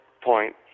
point